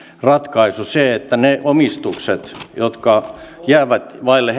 ratkaisu niin että ne omistukset jotka jäävät vaille